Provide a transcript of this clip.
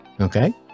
Okay